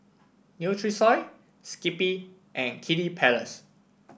Nutrisoy Skippy and Kiddy Palace